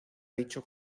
dicho